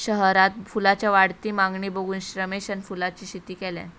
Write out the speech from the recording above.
शहरात फुलांच्या वाढती मागणी बघून रमेशान फुलांची शेती केल्यान